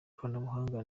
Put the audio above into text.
ikoranabuhanga